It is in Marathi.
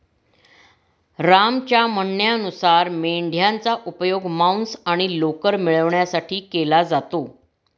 रामच्या म्हणण्यानुसार मेंढयांचा उपयोग मांस आणि लोकर मिळवण्यासाठी केला जातो